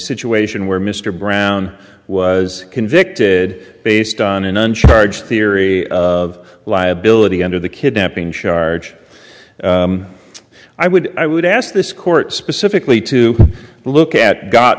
situation where mr brown was convicted based on an uncharged theory of liability under the kidnapping charge i would i would ask this court specifically to look at got